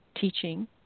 teaching